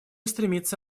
стремиться